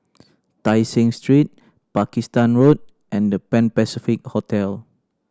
Tai Seng Street Pakistan Road and The Pan Pacific Hotel